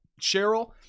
Cheryl